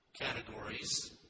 categories